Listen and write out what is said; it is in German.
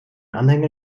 anhänger